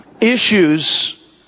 Issues